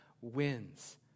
wins